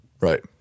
Right